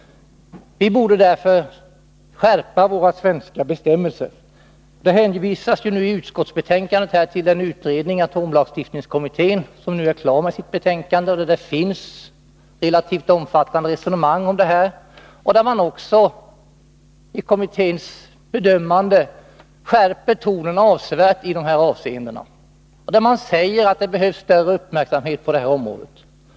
Vi borde därför skärpa våra svenska bestämmelser. I utskottsbetänkandet hänvisas till atomlagstiftningskommittén, som nu är klar med sitt betänkande, där det finns relativt omfattande resonemang om detta. I sina bedömningar skärper kommittén tonen avsevärt i de här avseendena. Man säger att det behövs större uppmärksamhet på detta område.